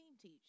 teach